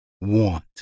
want